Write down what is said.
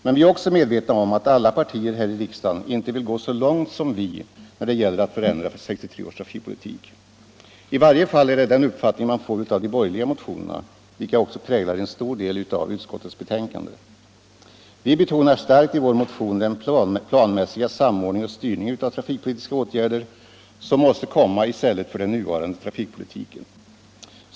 Men vi är också medvetna om att alla partier här i riksdagen inte vill gå så långt som vi när det gäller att förändra 1963 års trafikpolitik. I varje fall är det en uppfattning man får av de borgerliga motionerna, vilka också präglar en stor del av utskottets betänkande. Vi betonar starkt i vår motion den planmässiga samordning och styrning av trafikpolitiska åtgärder som måste komma i stället för den nuvarande trafikpolitiken.